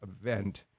event